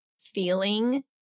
feeling